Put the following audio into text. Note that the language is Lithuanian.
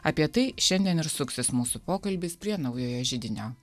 apie tai šiandien ir suksis mūsų pokalbis prie naujojo židinio